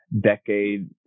decade